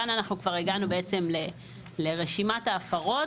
כאן אנחנו כבר הגענו בעצם לרשימת ההפרות